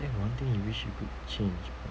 that one thing you wish you could change